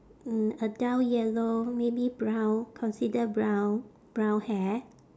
mm a dull yellow maybe brown consider brown brown hair